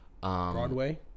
Broadway